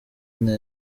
neza